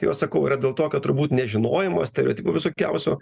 tai jos sakau yra dėl to kad turbūt nežinojimo stereotipų visokiausių